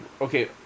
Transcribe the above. okay